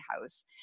house